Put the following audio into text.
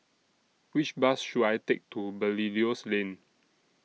Which Bus should I Take to Belilios Lane